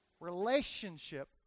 relationship